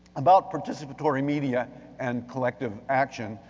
about participatory media and collective action,